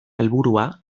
helburua